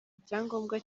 icyangombwa